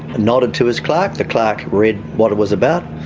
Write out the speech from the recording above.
nodded to his clerk. the clerk read what it was about,